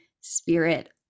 spirit